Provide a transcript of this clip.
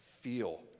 feel